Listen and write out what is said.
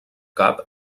cap